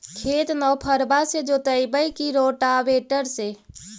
खेत नौफरबा से जोतइबै की रोटावेटर से?